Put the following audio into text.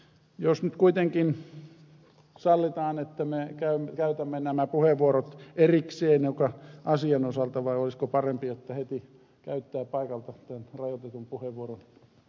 vaikka nyt kuitenkin sallitaan että me käytämme nämä puheenvuorot erikseen joka asian osalta olisiko parempi että heti käyttää paikalta tämän rajoitetun puheenvuoron